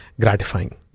gratifying